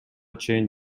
чейин